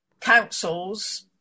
councils